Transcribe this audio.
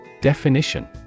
Definition